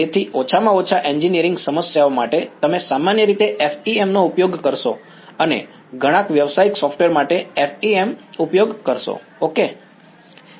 તેથી ઓછામાં ઓછા એન્જિનિયરિંગ સમસ્યાઓ માટે તમે સામાન્ય રીતે FEM નો ઉપયોગ કરશો અને ઘણા વ્યવસાયિક સોફ્ટવેર માટે FEM ઉપયોગ કરશો ઓકે